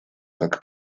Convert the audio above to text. как